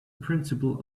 principle